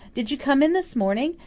did you come in this morning?